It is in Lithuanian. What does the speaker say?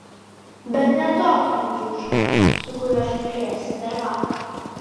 bet ne tokį andriušką su kuriuo šnekėjosi dar vakar